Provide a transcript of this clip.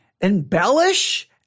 embellish